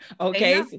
Okay